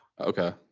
okay